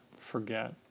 forget